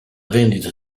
vendita